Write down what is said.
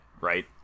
Right